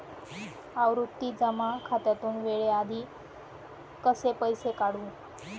आवर्ती जमा खात्यातून वेळेआधी कसे पैसे काढू?